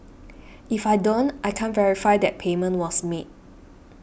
if I don't I can't verify that payment was made